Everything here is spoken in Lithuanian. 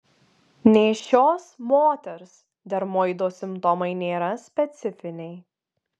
nėščios moters dermoido simptomai nėra specifiniai